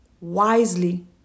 wisely